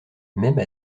même